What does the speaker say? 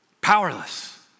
Powerless